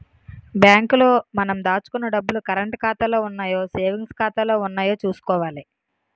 bank లో మనం దాచుకున్న డబ్బులు కరంటు ఖాతాలో ఉన్నాయో సేవింగ్స్ ఖాతాలో ఉన్నాయో చూసుకోవాలి